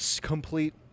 Complete